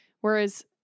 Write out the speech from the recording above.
whereas